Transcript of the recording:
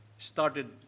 started